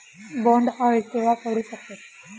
बोंड अळी केव्हा पडू शकते?